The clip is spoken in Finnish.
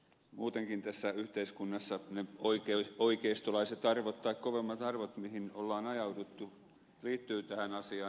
muutenkin tässä yhteiskunnassa ne oikeistolaiset arvot tai kovemmat arvot joihin on ajauduttu liittyvät tähän asiaan